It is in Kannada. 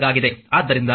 ಆದ್ದರಿಂದ v i 30 6